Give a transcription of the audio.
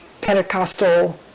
Pentecostal